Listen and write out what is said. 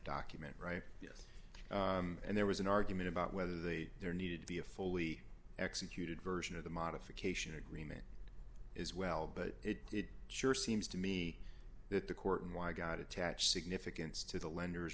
document right and there was an argument about whether the there needed to be a fully executed version of the modification agreement is well but it sure seems to me that the court and why god attach significance to the lender